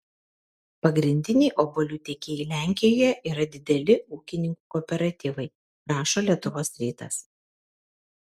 pagrindiniai obuolių tiekėjai lenkijoje yra dideli ūkininkų kooperatyvai rašo lietuvos rytas